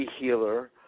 healer